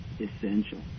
essential